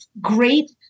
great